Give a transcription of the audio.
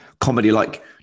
comedy-like